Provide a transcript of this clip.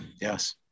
Yes